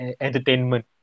entertainment